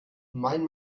mein